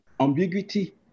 ambiguity